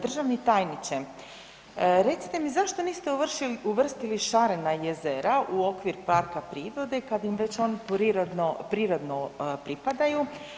Državni tajniče, recite mi zašto niste uvrstili Šarena jezera u okvir parka prirode kad im već oni prirodno pripadaju?